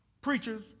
preachers